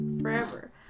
forever